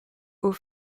aux